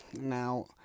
now